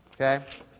Okay